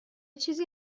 چیزی